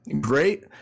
great